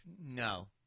No